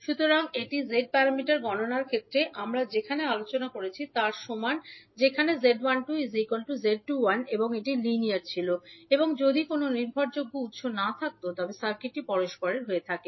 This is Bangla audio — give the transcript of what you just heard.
সুতরাং এটি z প্যারামিটার গণনার ক্ষেত্রে আমরা যেখানে আলোচনা করেছি তার সমান যেখানে 𝐳12 𝐳21 এবং এটি লিনিয়ার ছিল এবং যদি এটির কোনও নির্ভরযোগ্য উত্স না থাকত তবে সার্কিটটি পরস্পরের হয়ে থাকে